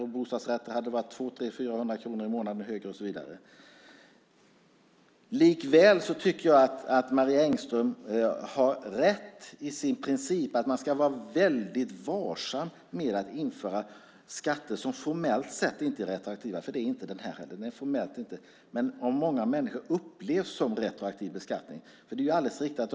För bostadsrätter hade avgifterna varit 200, 300 eller 400 kronor högre i månaden. Likväl tycker jag att Marie Engström har rätt i sin princip att man ska vara väldigt varsam med att införa skatter som formellt sett inte är retroaktiva - det är inte den här heller - men som av många människor upplevs som retroaktiv beskattning. Det är alldeles riktigt.